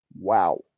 Wow